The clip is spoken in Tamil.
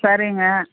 சரிங்க